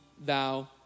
thou